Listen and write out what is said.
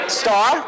star